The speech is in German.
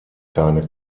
keine